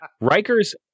Riker's